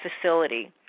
facility